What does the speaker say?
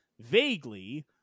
vaguely